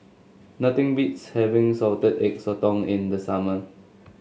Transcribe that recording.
nothing beats having Salted Egg Sotong in the summer